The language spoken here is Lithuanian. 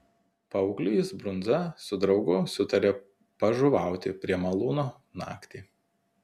paauglys brundza su draugu sutarė pažuvauti prie malūno naktį